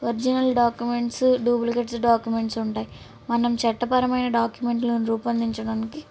original documents duplicates documents ఉంటాయి మనం చట్టపరమైన డాక్యుమెంట్లు రూపొందించడానికి